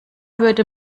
würde